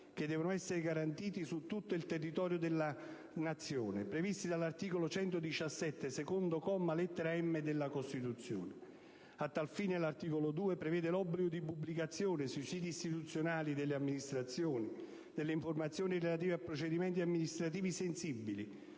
che devono essere garantiti su tutto il territorio nazionale, previsti dall'articolo 117, secondo comma, lettera *m)*, della Costituzione. A tal fine, l'articolo 2 prevede l'obbligo di pubblicazione, sui siti istituzionali delle amministrazioni, delle informazioni relative a procedimenti amministrativi «sensibili»,